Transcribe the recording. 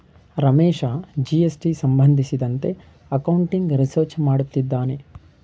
Ramesh GST ಸಂಬಂಧಿಸಿದಂತೆ accounting research ಮಾಡುತ್ತಿದ್ದಾನೆ